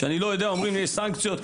אמרו לי שיהיו סנקציות,